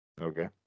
Okay